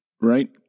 right